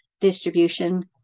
distribution